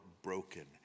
broken